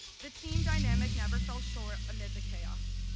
the team dynamic never fell short amid the chaos.